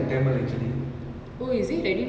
wait was it the prabhu deva one